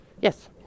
Yes